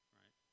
right